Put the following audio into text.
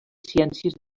ciències